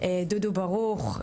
דודו ברוך,